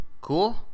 Cool